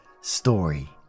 story